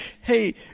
hey